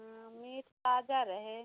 meet ताजा रहे